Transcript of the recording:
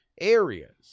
areas